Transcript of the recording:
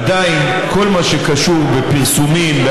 עדיין כל מה שקשור בפרסומים,